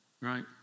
right